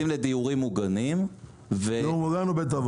למה?